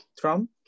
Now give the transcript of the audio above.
Trump